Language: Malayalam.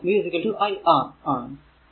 നമുക്കറിയാം v iR ആണ്